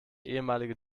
ehemalige